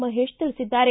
ಮಹೇಶ್ ತಿಳಿಸಿದ್ದಾರೆ